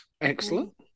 Excellent